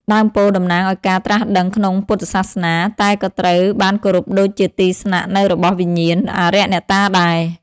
ដើមពោធិ៍តំណាងឱ្យការត្រាស់ដឹងក្នុងពុទ្ធសាសនា តែក៏ត្រូវបានគោរពដូចជាទីស្នាក់នៅរបស់វិញ្ញាណ អារក្សអ្នកតាដែរ។